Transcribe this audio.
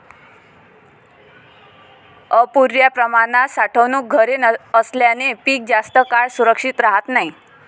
अपुर्या प्रमाणात साठवणूक घरे असल्याने पीक जास्त काळ सुरक्षित राहत नाही